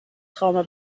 trauma